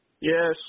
Yes